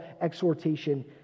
exhortation